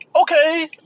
Okay